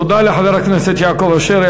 תודה לחבר הכנסת יעקב אשר.